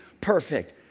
perfect